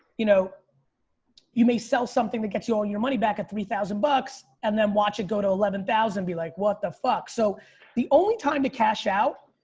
you know you may sell something that gets you all your money back at three thousand bucks. and then watch it go to eleven thousand and be like, what the fuck? so the only time to cash out,